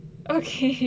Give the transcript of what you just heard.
okay